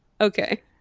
Okay